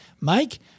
Mike